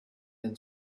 then